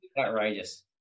Outrageous